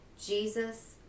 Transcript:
jesus